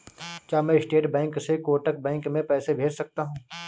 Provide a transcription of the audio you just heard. क्या मैं State Bank से कोटक बैंक में पैसे भेज सकता हूँ?